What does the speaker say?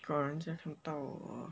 当人家看到我